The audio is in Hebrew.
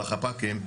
לחפ"קים,